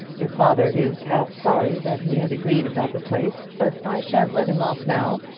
your father is half sorry that he has agreed about the place but i shan't let him off now.